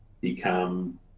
become